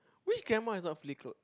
which grandma is not fully clothed